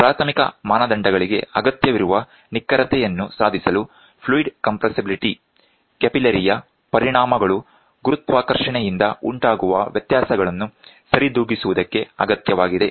ಪ್ರಾಥಮಿಕ ಮಾನದಂಡಗಳಿಗೆ ಅಗತ್ಯವಿರುವ ನಿಖರತೆಯನ್ನು ಸಾಧಿಸಲು ಫ್ಲೂಯಿಡ್ ಕಂಪ್ರೆಸಿಬಿಲ್ಟಿ ಕ್ಯಾಪಿಲರಿಯ ಪರಿಣಾಮಗಳು ಗುರುತ್ವಾಕರ್ಷಣೆಯಿಂದ ಉಂಟಾಗುವ ವ್ಯತ್ಯಾಸಗಳನ್ನು ಸರಿದೂಗಿಸುವುದಕ್ಕೆ ಅತ್ಯಗತ್ಯವಾಗಿದೆ